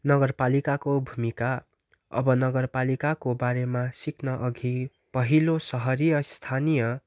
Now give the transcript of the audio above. नगरपालिकाको भुमिका अब नगरपालिकाको बारेमा सिक्न अघि पहिलो सहरीय स्थानीय